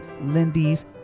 Lindy's